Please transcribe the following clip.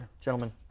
Gentlemen